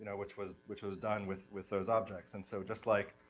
which was, which was done, with, with those objects, and so, just like